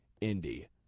Indy